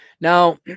Now